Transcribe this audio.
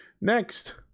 Next